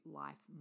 life